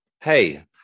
hey